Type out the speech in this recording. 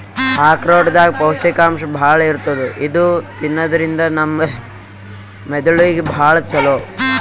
ಆಕ್ರೋಟ್ ದಾಗ್ ಪೌಷ್ಟಿಕಾಂಶ್ ಭಾಳ್ ಇರ್ತದ್ ಇದು ತಿನ್ನದ್ರಿನ್ದ ನಮ್ ಮೆದಳಿಗ್ ಭಾಳ್ ಛಲೋ